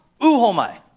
uhomai